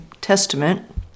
Testament